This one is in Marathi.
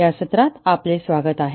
या सत्रात आपले स्वागत आहे